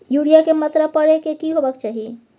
Urea के मात्रा परै के की होबाक चाही?